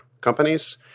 companies